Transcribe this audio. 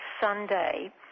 sunday